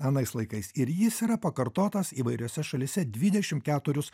anais laikais ir jis yra pakartotas įvairiose šalyse dvidešim keturis